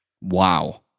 Wow